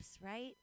right